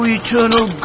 eternal